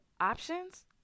options